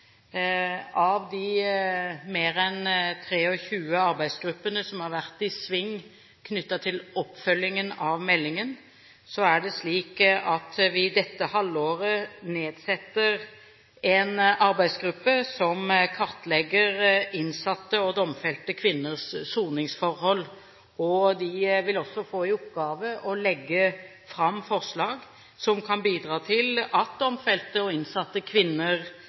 mer enn 23 arbeidsgrupper som har vært i sving knyttet til oppfølgingen av meldingen, og det er slik at vi dette halvåret nedsetter en arbeidsgruppe som kartlegger innsatte og domfelte kvinners soningsforhold. De vil også få i oppgave å legge fram forslag som kan bidra til at domfelte og innsatte kvinner